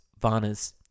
Varnas